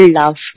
love